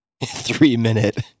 three-minute